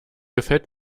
gefällt